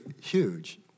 huge